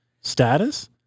status